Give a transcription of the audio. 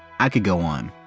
i could go on.